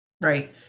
right